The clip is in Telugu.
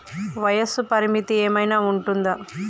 వయస్సు పరిమితి ఏమైనా ఉంటుందా?